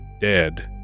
dead